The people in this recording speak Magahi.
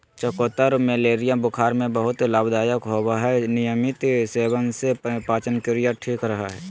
चकोतरा मलेरिया बुखार में बहुत लाभदायक होवय हई नियमित सेवन से पाचनक्रिया ठीक रहय हई